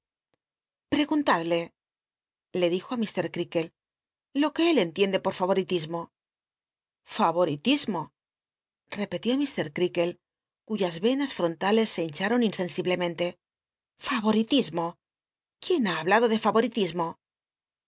ptcgunladle le dijo á mr crca kl c lo que él entiende pot favoritismo favoritismo repelió jir crea kle cuyas enas frontales se hincharon insensiblemente i favorilismo quién ha hablado de